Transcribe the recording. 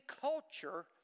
culture